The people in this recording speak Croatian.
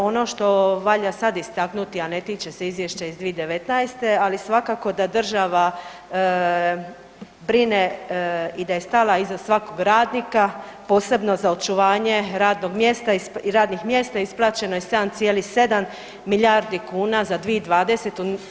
Ono što valja sad istaknuti, a ne tiče se Izvješća iz 2019. ali svakako da država brine i da je stala iza svakog radnika posebno za očuvanje radnih mjesta isplaćeno je 7,7 milijardi kuna za 2020.